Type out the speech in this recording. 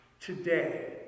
today